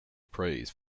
praise